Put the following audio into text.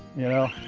you know,